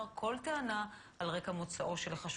כל התיקים של יוצאי אתיופיה,